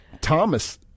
Thomas